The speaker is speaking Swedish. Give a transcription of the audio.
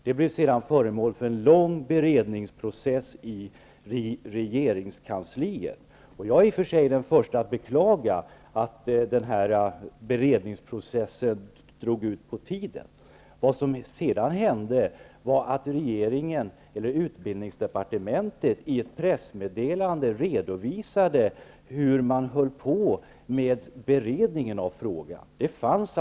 Det blev sedan föremål för en lång beredningsprocess i regeringskansliet. Jag är i och för sig den första att beklaga att beredningsprocessen drog ut på tiden. Sedan redovisade utbildningsdepartementet i ett pressmeddelande hur beredningen av frågan framskred.